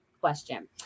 question